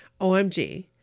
OMG